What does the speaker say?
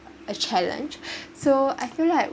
a challenge so I feel like